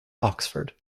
oxford